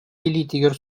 илиитигэр